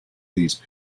these